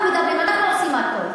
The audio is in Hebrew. אנחנו מדברים, אנחנו עושים הכול.